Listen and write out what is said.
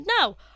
no